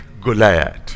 Goliath